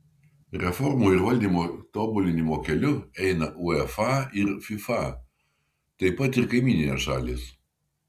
reformų ir valdymo tobulinimo keliu eina uefa ir fifa taip pat ir kaimyninės šalys